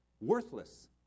Worthless